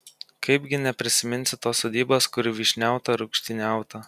kaipgi neprisiminsi tos sodybos kur vyšniauta rūgštyniauta